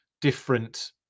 different